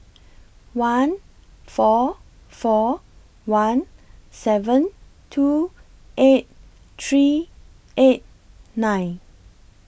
one four four one seven two eight three eight nine